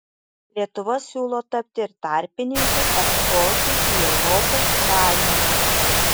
lietuva siūlo tapti ir tarpininku eksportui į europos sąjungą